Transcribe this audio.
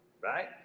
right